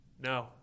No